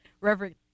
Reverend